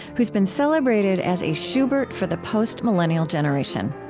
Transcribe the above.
who's been celebrated as a schubert for the post-millennial generation.